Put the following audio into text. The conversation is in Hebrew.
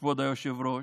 כבוד היושב-ראש.